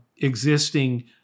existing